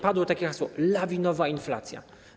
Padło takie hasło „lawinowa inflacja”